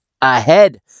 ahead